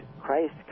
Christ